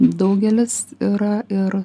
daugelis yra ir